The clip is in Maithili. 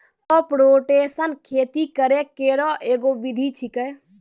क्रॉप रोटेशन खेती करै केरो एगो विधि छिकै